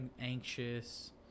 anxious